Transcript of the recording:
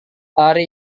hari